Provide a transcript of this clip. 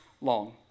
long